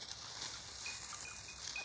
ಉಣ್ಣಿ ಎಣ್ಣಿ ಎದ್ಕ ಬಳಸ್ತಾರ್?